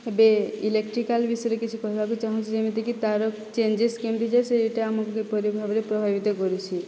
ଏବେ ଇଲେକ୍ଟ୍ରିକାଲ ବିଷୟରେ କିଛି କହିବାକୁ ଚାହୁଁଛି ଯେମିତିକି ତାର ଚେଞ୍ଜେସ୍ କେମିତି ଯେ ସେଇଟା ଆମକୁ କିପରି ଭାବରେ ପ୍ରଭାବିତ କରୁଛି